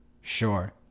Sure